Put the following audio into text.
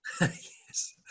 yes